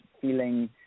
feeling